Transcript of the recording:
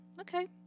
okay